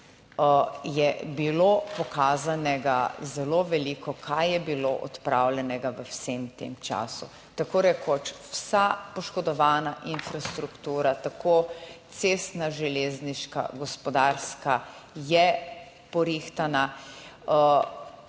je bilo pokazanega zelo veliko. Kaj je bilo odpravljenega v vsem tem času. Tako rekoč vsa poškodovana infrastruktura, tako cestna, železniška, gospodarska, je porihtana.